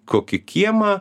kokį kiemą